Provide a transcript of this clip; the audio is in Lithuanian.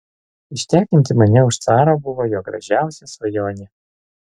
ištekinti mane už caro buvo jo gražiausia svajonė